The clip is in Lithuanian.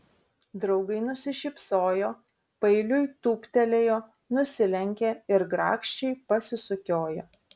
draugai nusišypsojo paeiliui tūptelėjo nusilenkė ir grakščiai pasisukiojo